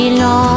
long